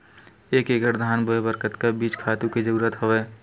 एक एकड़ धान बोय बर कतका बीज खातु के जरूरत हवय?